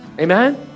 Amen